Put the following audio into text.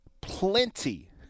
plenty